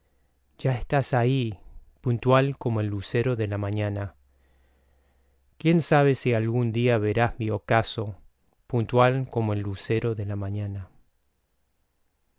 ya estás ahí puntual como el lucero de la mañana quien sabe si algún día verás mi ocaso puntual como el lucero de la mañana